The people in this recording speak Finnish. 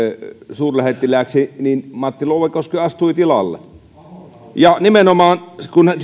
suurlähettilääksi niin matti louekoski astui tilalle nimenomaan